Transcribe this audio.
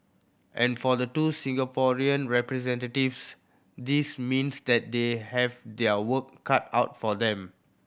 and for the two Singaporean representatives this means that they have their work cut out for them